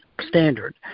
standard